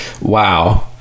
wow